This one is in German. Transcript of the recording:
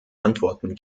antworten